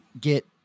get